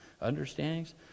understandings